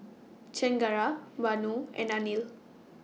Chengara Vanu and Anil